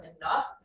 enough